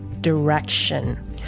direction